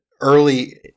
early